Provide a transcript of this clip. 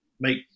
make